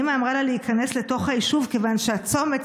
האימא אמרה לה להיכנס לתוך היישוב כיוון שהצומת,